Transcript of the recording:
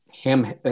ham